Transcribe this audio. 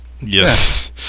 Yes